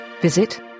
Visit